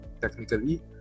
Technically